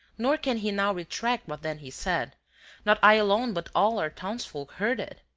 nor can he now retract what then he said not i alone but all our townsfolk heard it.